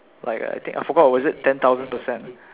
like err I think I forgot was it ten thousand percent